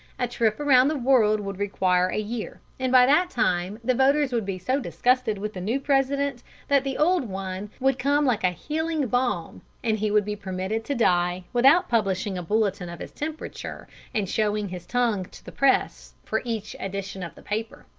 a trip around the world would require a year, and by that time the voters would be so disgusted with the new president that the old one would come like a healing balm, and he would be permitted to die without publishing a bulletin of his temperature and showing his tongue to the press for each edition of the paper.